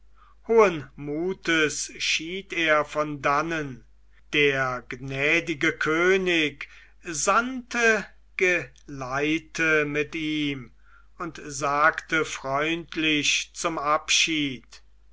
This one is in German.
hohen mutes schied er von dannen der gnädige könig sandte geleite mit ihm und sagte freundlich zum abschied